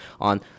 on